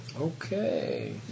Okay